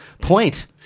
point